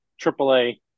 triple-A